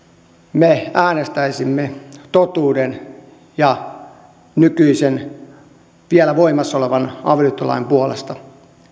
me äänestäisimme totuuden ja nykyisen vielä voimassa olevan avioliittolain puolesta